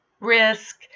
risk